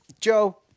Joe